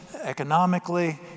economically